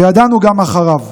וידענו גם אחריו.